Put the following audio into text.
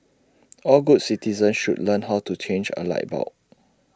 all good citizens should learn how to change A light bulb